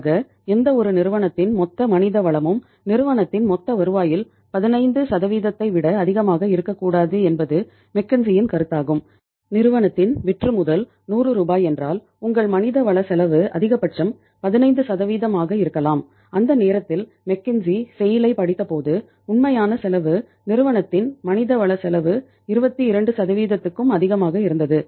பொதுவாக எந்தவொரு நிறுவனத்தின் மொத்த மனிதவளமும் நிறுவனத்தின் மொத்த வருவாயில் 15 ஐ விட அதிகமாக இருக்கக்கூடாது என்பது மெக்கின்சியின் ஐப் படித்தபோது உண்மையான செலவு நிறுவனத்தின் மனித வள செலவு 22 க்கும் அதிகமாக இருந்தது